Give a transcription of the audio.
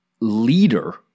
leader